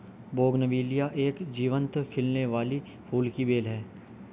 bougainvillea एक जीवंत खिलने वाली फूल की बेल है